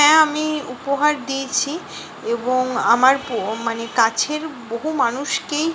হ্যাঁ আমি উপহার দিয়েছি এবং আমার পো মানে কাছের বহু মানুষকেই